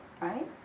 right